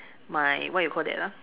my what you call that ah